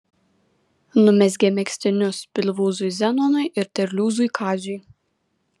numezgė megztinius pilvūzui zenonui ir terliūzui kaziui